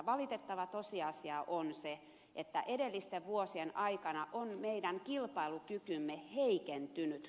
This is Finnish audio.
valitettava tosiasia on se että edellisten vuosien aikana meidän kilpailukykymme on heikentynyt